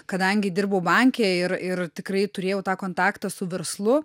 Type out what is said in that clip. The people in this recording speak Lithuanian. kadangi dirbau banke ir ir tikrai turėjau tą kontaktą su verslu